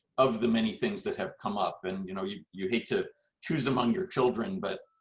of the many things that have come up. and you know you you hate to choose among your children, but.